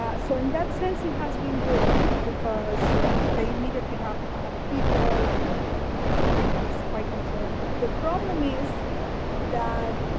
um so in that sense it has been good because they immediately have found people and you know and it's quite controllable. the problem is that